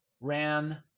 ran